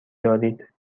دارید